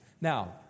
Now